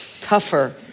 tougher